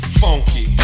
funky